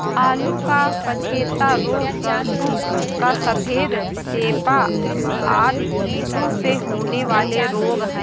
आलू का पछेता रोग, सरसों का सफेद चेपा आदि कीटों से होने वाले रोग हैं